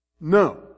No